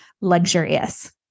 luxurious